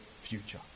future